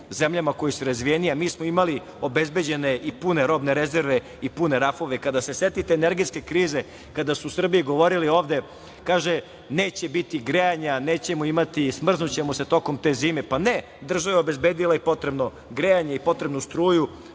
zemljama koje su razvijenije a mi smo imali obezbeđene i pune robne rezerve i pune rafove, kada se setite energetske krize kada su u Srbiji govorili – ovde, kaže, neće biti grejanja, nećemo imati, smrznućemo se tokom te zime, ne država je obezbedila i potrebno grejanje i potrebnu struju,